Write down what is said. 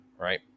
right